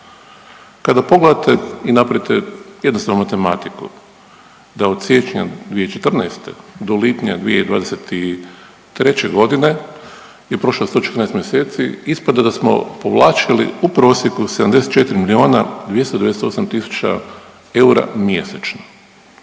Kada pogledate i napravite jednostavnu matematiku, da od siječnja 2014. do lipnja 2023. godine je prošlo 114. mjeseci ispada da smo povlačili u prosjeku 74 milijona 298 tisuća eura mjesečno.